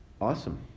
awesome